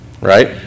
right